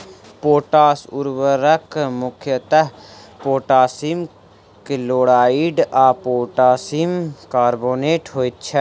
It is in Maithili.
पोटास उर्वरक मुख्यतः पोटासियम क्लोराइड आ पोटासियम कार्बोनेट होइत छै